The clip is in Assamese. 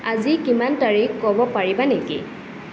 আজি কিমান তাৰিখ ক'ব পাৰিবা নেকি